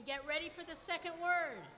get ready for the second word